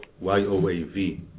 y-o-a-v